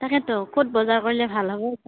তাকেতো ক'ত বজাৰ কৰিলে ভাল হ'ব